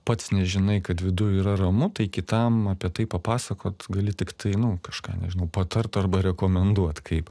pats nežinai kad viduj yra ramu tai kitam apie tai papasakot gali tiktai nu kažką nežinau patart arba rekomenduot kaip